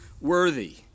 worthy